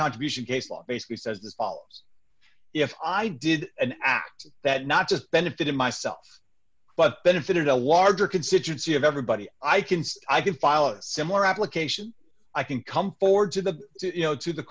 contribution case law basically says this all if i did an act that not just benefited myself but benefited a larger constituency of everybody i can see i can file a similar application i can come forward to the you know to the